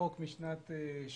החוק הוא משנות ה-80',